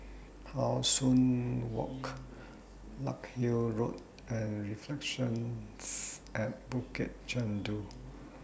How Sun Walk Larkhill Road and Reflections At Bukit Chandu